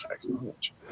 technology